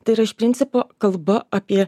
tai yra iš principo kalba apie